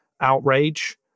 outrage